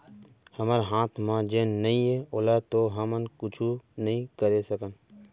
हमर हाथ म जेन नइये ओला तो हमन कुछु नइ करे सकन